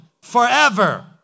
forever